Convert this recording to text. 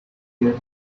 here